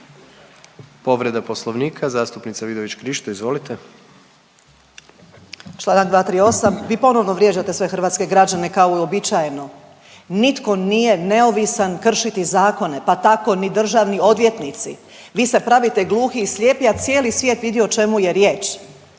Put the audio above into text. Povreda Poslovnika zastupnica Vidović-Krišto, izvolite. **Vidović Krišto, Karolina (OIP)** Članak 238. Vi ponovno vrijeđate sve hrvatske građane kao i uobičajeno. Nitko nije neovisan kršiti zakone, pa tako ni državni odvjetnici. Vi se pravite gluhi i slijepi, a cijeli svijet vidi o čemu je riječ.